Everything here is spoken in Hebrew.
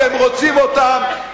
אתם רוצים אותם,